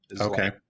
okay